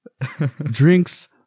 drinks